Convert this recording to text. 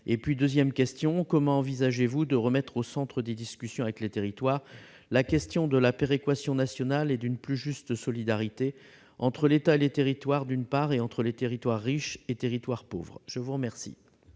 peine. Comment le Gouvernement envisage-t-il de remettre au centre des discussions avec les territoires la question de la péréquation nationale et d'une plus juste solidarité entre l'État et les territoires, d'une part, et entre territoires riches et territoires pauvres, d'autre